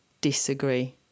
disagree